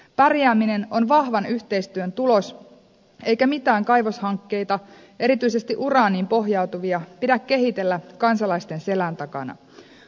pärjääminen on vahvan yhteistyön tulos eikä mitään kaivoshankkeita erityisesti uraaniin pohjautuvia pidä kehitellä kansalaisten selän takana